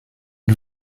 and